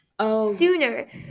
Sooner